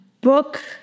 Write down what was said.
Book